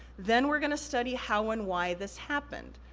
then we're gonna study how and why this happened,